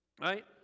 Right